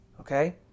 okay